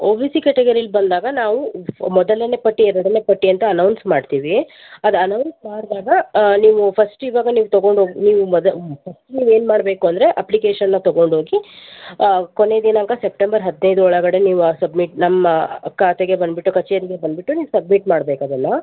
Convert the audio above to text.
ಓ B C ಕೆಟಗರಿಯಲ್ಲಿ ಬಂದಾಗ ನಾವು ಮೊದಲನೇ ಪಟ್ಟಿ ಎರಡನೇ ಪಟ್ಟಿ ಅಂತ ಅನೌನ್ಸ್ ಮಾಡ್ತಿವಿ ಅದು ಅನೌನ್ಸ್ ಮಾಡಿದಾಗ ನೀವು ಫಸ್ಟ್ ಇವಾಗ ನೀವು ತಗೊಂಡು ಹೋಗಿ ನೀವು ಮೊದಲು ಫಸ್ಟ್ ನೀವು ಏನು ಮಾಡಬೇಕು ಅಂದರೆ ಅಪ್ಲಿಕೇಷನ್ನ ತಗೊಂಡೋಗಿ ಕೊನೆಯ ದಿನಾಂಕ ಸೆಪ್ಟೆಂಬರ್ ಹದಿನೈದು ಒಳಗಡೆ ನೀವು ಅ ಸಬ್ಮಿಟ್ ನಮ್ಮ ಖಾತೆಗೆ ಬಂದ್ಬಿಟ್ಟು ಕಚೇರಿಗೆ ಬಂದ್ಬಿಟ್ಟು ನೀವು ಸಬ್ಮಿಟ್ ಮಾಡ್ಬೇಕು ಅದನ್ನ